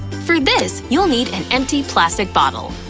for this, you'll need an empty plastic bottle,